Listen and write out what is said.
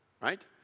right